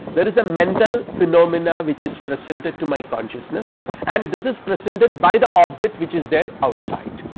there is a mental phenomena which is presented to my consciousness and this is presented by the object which is their outside.